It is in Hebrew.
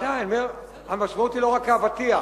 ודאי, המשמעות היא לא רק האבטיח.